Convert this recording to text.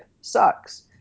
sucks